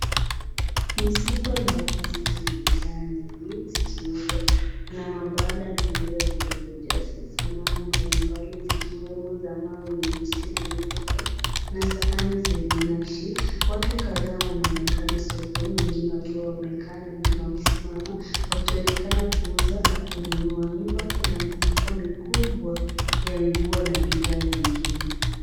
Ni soko la asili yenye bidhaa nyingi. Kuna mabanda na meza zilizojaa sanamu mbali mbali zikiwemo za mawe nyeusi na nyeupe na sahani yanye nakshi. Watu kadhaa wanaonekana sokoni wengine wakiwa wamekaa na wengine kusimama wakionekana kuuza na kununua. Nyuma kuna mifuko mikubwa ya nguo na bidhaa nyingine.